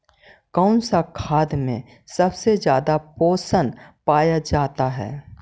कौन सा खाद मे सबसे ज्यादा पोषण पाया जाता है?